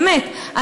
באמת,